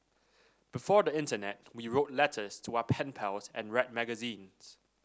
before the internet we wrote letters to our pen pals and read magazines